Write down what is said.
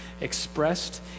expressed